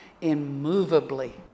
immovably